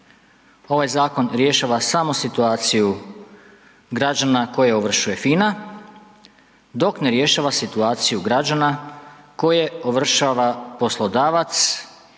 ovaj zakon rješava samo situaciju građana koje ovršuje FINA, dok ne rješava situaciju građana koje ovršava poslodavac